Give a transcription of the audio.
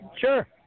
Sure